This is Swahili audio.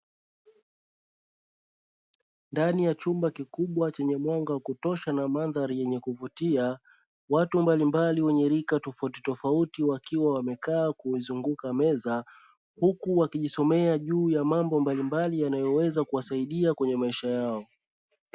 Ndani ya chumba kikubwa chenye mwanga wa kutosha na mandhari yenye kuvutia, watu mbalimbali wenye rika tofautitofauti wakiwa wamekaa kuizunguka meza, huku wakijisomea juu ya mambo mbalimbali yanayoweza kuwasaidia kwenye maisha yao.